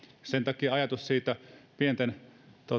sen takia ajatus siitä pienten